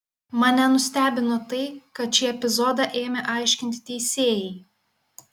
mane nustebino tai kad šį epizodą ėmė aiškinti teisėjai